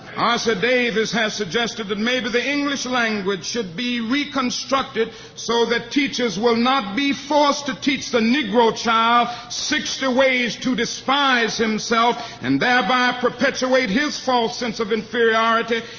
ossie davis has suggested that maybe the english language should be reconstructed so that teachers will not be forced to teach the negro child sixty ways to despise himself, and thereby perpetuate his false sense of inferiority,